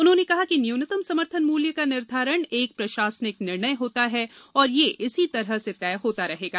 उन्होंने कहा कि न्यूनतम समर्थन मूल्य का निर्धारण एक प्रशासनिक निर्णय होता है और यह इसी तरह से तय होता रहेगा